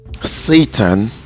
satan